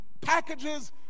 packages